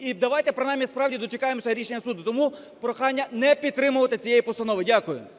І давайте принаймні, справді, дочекаємося рішення суду. Тому прохання не підтримувати цієї постанови. Дякую.